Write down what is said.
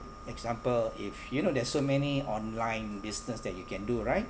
example if you know there's so many online business that you can do right